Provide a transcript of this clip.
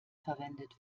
verwendet